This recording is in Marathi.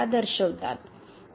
दर्शवितात